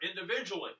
individually